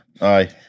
Aye